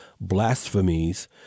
Blasphemies